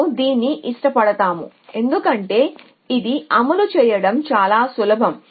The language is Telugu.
మేము దీన్ని ఇష్టపడతాము ఎందుకంటే ఇది అమలు చేయడం చాలా సులభం